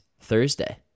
thursday